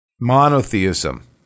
Monotheism